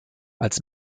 als